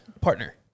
Partner